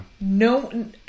No